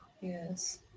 yes